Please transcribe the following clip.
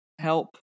Help